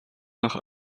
nach